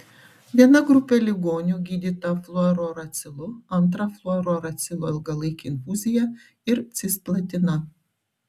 viena grupė ligonių gydyta fluorouracilu antra fluorouracilo ilgalaike infuzija ir cisplatina